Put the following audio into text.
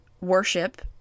worship